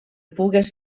pugues